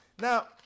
Now